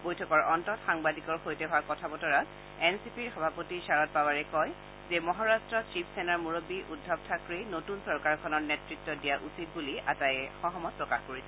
বৈঠকৰ অন্তত সাংবাদিকৰ সৈতে হোৱা কথা বতৰাত এন চি পিৰ সভাপতি শাৰদ পাৱাৰে কয় যে মহাৰট্টত শিৱসেনাৰ মুৰববী উদ্ধৱ থাক্ৰেই নতুন চৰকাৰখনৰ নেতৃত্ব দিয়া উচিত বুলি আটাইয়ে সহমত প্ৰকাশ কৰিছে